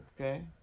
Okay